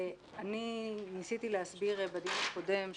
אני ניסיתי להסביר בדיון הקודם,